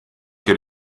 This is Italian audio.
che